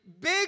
big